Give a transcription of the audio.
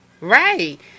Right